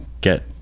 get